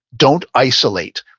don't isolate.